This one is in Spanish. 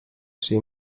sin